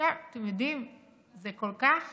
אתם יודעים, זה כל כך